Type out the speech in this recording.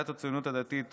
סיעת הציונות הדתית,